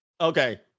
Okay